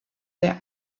their